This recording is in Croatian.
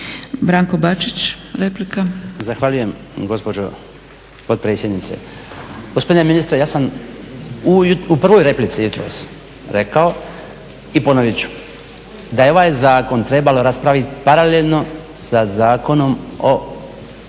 Branko (HDZ)** Zahvaljujem gospođo potpredsjednice. Gospodine ministre ja sam u prvoj replici jutros rekao i ponoviti ću da je ovaj zakon trebalo raspraviti paralelno sa zakonom o